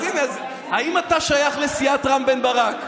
אז הינה, אז האם אתה שייך לסיעת רם בן ברק?